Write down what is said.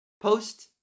post